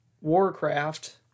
Warcraft